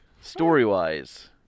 Story-wise